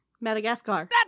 madagascar